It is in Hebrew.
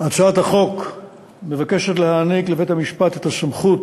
הצעת החוק מבקשת להעניק לבית-המשפט את הסמכות